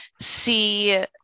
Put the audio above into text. see